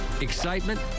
excitement